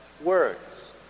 words